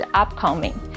upcoming 。